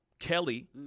Kelly